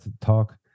talk